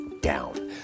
down